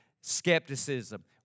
skepticism